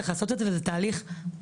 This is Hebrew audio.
צריך לעשות את זה וזה תהליך ארוך,